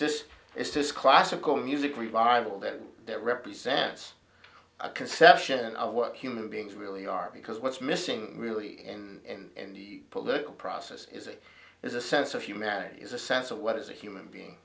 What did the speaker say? just it's just classical music revival that it represents a conception of what human beings really are because what's missing really in the political process is it is a sense of humanity is a sense of what is a human being